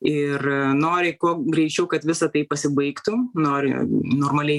ir nori kuo greičiau kad visa tai pasibaigtų nori normaliai